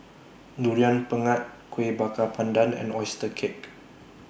Durian Pengat Kueh Bakar Pandan and Oyster Cake